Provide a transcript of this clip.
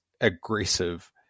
aggressive